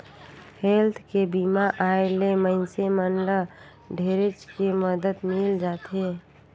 health के बीमा आय ले मइनसे मन ल ढेरेच के मदद मिल जाथे